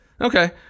Okay